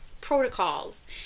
protocols